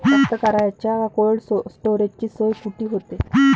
कास्तकाराइच्या कोल्ड स्टोरेजची सोय कुटी होते?